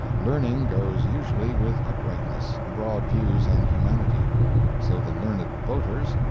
learning goes usually with uprightness, broad views, and humanity so the learned voters,